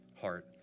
heart